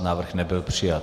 Návrh nebyl přijat.